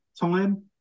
time